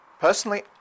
Personally